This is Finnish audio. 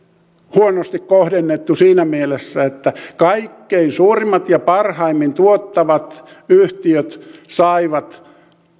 huonosti kohdennettu siinä mielessä että kaikkein suurimmat ja parhaimmin tuottavat yhtiöt saivat